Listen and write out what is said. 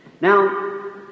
Now